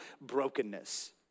brokenness